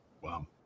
wow